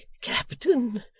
captain,